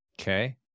Okay